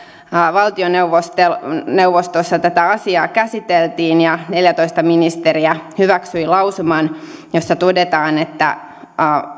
valtioneuvostossa tätä asiaa käsiteltiin ja neljätoista ministeriä hyväksyi lausuman jossa todetaan että